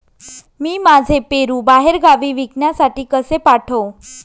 मी माझे पेरू बाहेरगावी विकण्यासाठी कसे पाठवू?